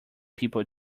people